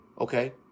okay